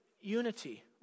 unity